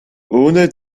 ohne